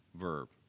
verb